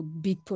big